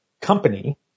company